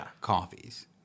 coffees